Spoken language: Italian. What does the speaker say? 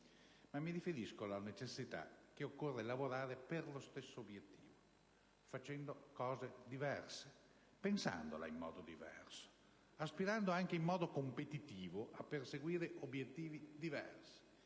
ma piuttosto alla necessità che occorre lavorare per lo stesso obiettivo, facendo cose diverse, pensandola in modo diverso, aspirando anche in modo competitivo a perseguire obiettivi diversi,